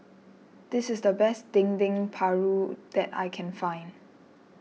this is the best Dendeng Paru that I can find